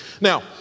Now